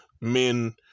men